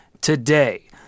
today